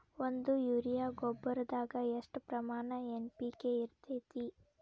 ಒಂದು ಯೂರಿಯಾ ಗೊಬ್ಬರದಾಗ್ ಎಷ್ಟ ಪ್ರಮಾಣ ಎನ್.ಪಿ.ಕೆ ಇರತೇತಿ?